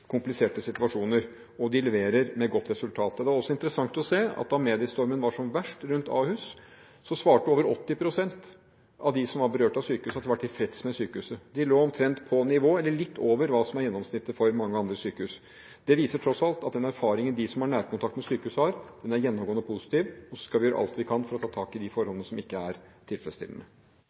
kompliserte situasjoner, og de leverer med godt resultat. Det var også interessant å se at da mediestormen var som verst rundt Ahus, svarte over 80 pst. av dem som var berørt, at de var tilfreds med sykehuset. De lå litt over nivået av det som er gjennomsnittet for mange andre sykehus. Det viser tross alt at den erfaringen de som har nærkontakt med sykehuset, har, er gjennomgående positiv. Vi skal gjøre alt vi kan for å ta tak i de forholdene som ikke er tilfredsstillende.